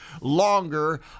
longer